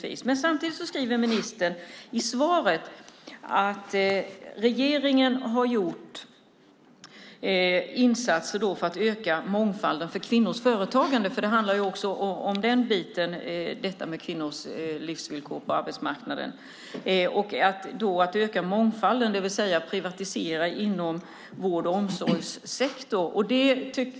I svaret skriver ministern att regeringen har gjort insatser för att öka mångfalden för kvinnors företagande. Det handlar också om kvinnors livsvillkor på arbetsmarknaden. Regeringen vill öka mångfalden, det vill säga privatisera inom vård och omsorgssektorn.